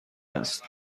است